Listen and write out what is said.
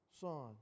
son